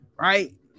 Right